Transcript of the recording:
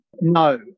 No